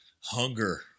hunger